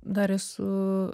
dar esu